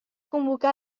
convocar